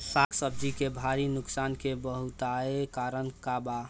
साग सब्जी के भारी नुकसान के बहुतायत कारण का बा?